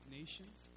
nations